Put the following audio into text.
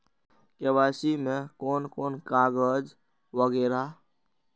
KYC में कोन कोन कागज वगैरा?